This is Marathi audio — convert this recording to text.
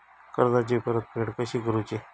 कर्जाची परतफेड कशी करुची?